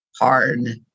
hard